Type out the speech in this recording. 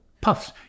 puffs